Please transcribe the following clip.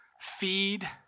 Feed